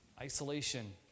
Isolation